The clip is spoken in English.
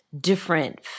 different